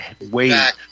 wait